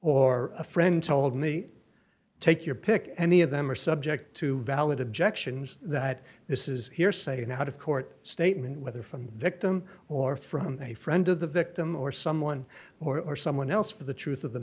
or a friend told me take your pick any of them are subject to valid objections that this is hearsay an out of court statement whether from the victim or from a friend of the victim or someone or someone else for the truth of the